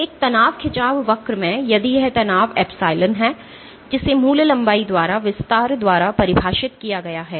एक तनाव खिंचाव वक्र में यदि यह तनाव एप्सिलॉन है जिसे मूल लंबाई द्वारा विस्तार द्वारा परिभाषित किया गया है